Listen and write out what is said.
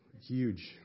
huge